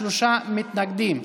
שלושה מתנגדים.